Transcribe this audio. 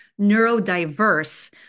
neurodiverse